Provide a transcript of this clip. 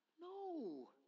no